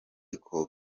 ngo